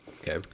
Okay